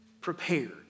prepared